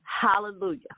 Hallelujah